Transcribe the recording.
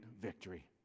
victory